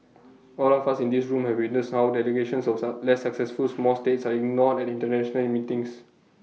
all of us in this room have witnessed how delegations of suss less successful small states are ignored at International at meetings